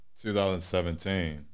2017